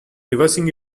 reversing